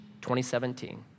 2017